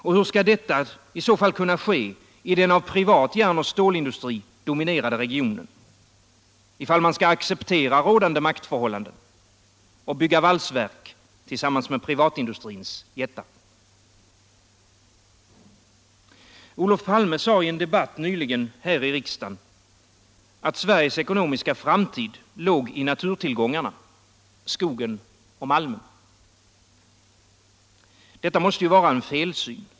Och hur skall detta i så fall kunna ske i den av privat järnoch stålindustri dominerade regionen, om man skall acceptera rådande maktförhållanden och bygga valsverk tillsammans med privatindustrins jättar? Olof Palme sade i en debatt nyligen här i riksdagen, att Sveriges ekonomiska framtid låg i naturtillgångarna: skogen och malmen. Detta måste ju vara en felsyn.